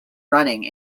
running